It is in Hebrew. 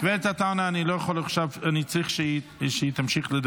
חבר הכנסת עטאונה,